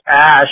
ash